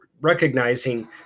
recognizing